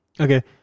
Okay